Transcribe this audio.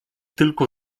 tylko